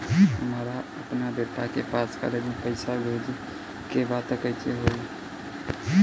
हमरा अपना बेटा के पास कॉलेज में पइसा बेजे के बा त कइसे होई?